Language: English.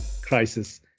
crisis